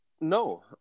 no